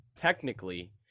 technically